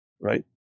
right